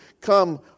come